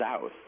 south